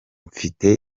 mfite